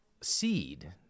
Seed